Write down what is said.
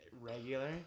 regular